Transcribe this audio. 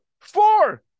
Four